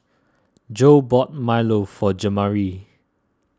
Joe bought Milo for Jamari